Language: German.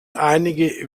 einige